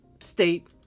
state